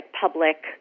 public